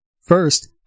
First